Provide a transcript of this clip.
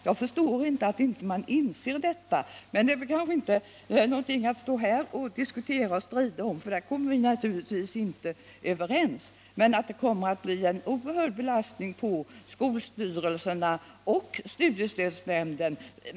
Jag förstår inte att utskottsmajoriteten inte inser detta — men det är ingenting att stå här och diskutera och strida om, för på den punkten kommer vi naturligtvis inte överens.